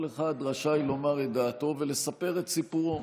כל אחד רשאי לומר את דעתו ולספר את סיפורו.